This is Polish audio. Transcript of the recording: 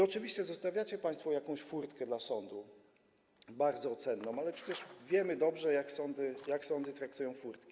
Oczywiście zostawiacie państwo jakąś furtkę dla sądu, bardzo cenną, ale przecież wiemy dobrze, jak sądy traktują furtki.